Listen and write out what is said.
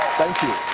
thank you.